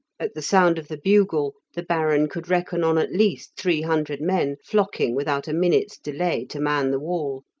at the sound of the bugle the baron could reckon on at least three hundred men flocking without a minute's delay to man the wall